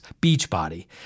Beachbody